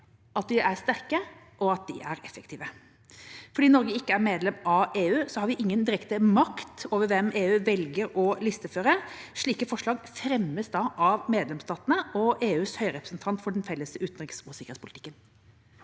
at de er sterke, og at de er effektive. Fordi Norge ikke er medlem av EU, har vi ingen direkte makt over hvem EU velger å listeføre. Slike forslag fremmes av medlemsstatene og EUs høyrepresentant for den felles utenriks- og sikkerhetspolitikken,